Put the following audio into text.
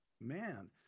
man